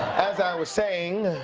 as i was saying,